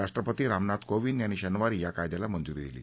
राष्ट्रपती रामनाथ कोविद यांनी शनिवारी या कायद्याला मंजुरी दिली